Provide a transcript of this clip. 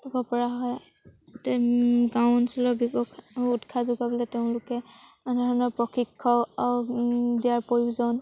কৰিবপৰা হয় গাঁও অঞ্চলৰ ব্যৱসায় উৎসাহ যোগাবলৈ তেওঁলোকে নানা ধৰণৰ প্ৰশিক্ষক দিয়াৰ প্ৰয়োজন